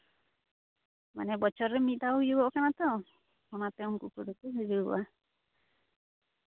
ᱢᱟᱱᱮ ᱵᱚᱪᱷᱚᱨ ᱨᱮ ᱢᱤᱫ ᱫᱷᱟᱣ ᱦᱩᱭᱩᱜᱚᱜ ᱠᱟᱱᱟ ᱛᱚ ᱚᱱᱟᱛᱮ ᱩᱱᱠᱩ ᱠᱚᱫᱚ ᱠᱚ ᱦᱤᱡᱩᱜᱚᱜᱼᱟ